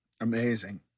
Amazing